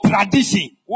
tradition